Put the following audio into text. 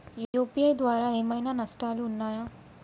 UPI ద్వారా ఏమైనా నష్టాలు ఉన్నయా?